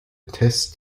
tess